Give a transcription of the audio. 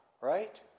Right